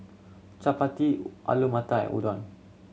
Chapati Alu Matar and Udon